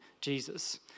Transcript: Jesus